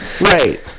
Right